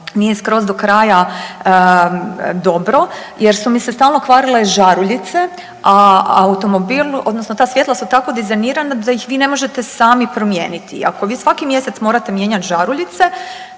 nije skroz do kraja dobro jer su mi se stalno kvarile žaruljice a automobil odnosno ta svjetla su tako dizajnirana da ih vi ne možete sami promijeniti. Ako vi svaki mjesec morate mijenjati žaruljice